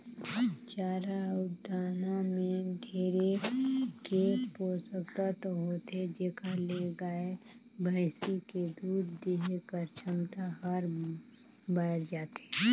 चारा अउ दाना में ढेरे के पोसक तत्व होथे जेखर ले गाय, भइसी के दूद देहे कर छमता हर बायड़ जाथे